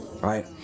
right